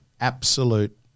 absolute